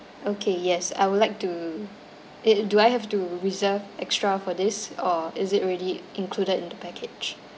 okay yes I would like to it do I have to reserve extra for this or is it already included in the package